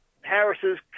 harris's